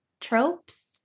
tropes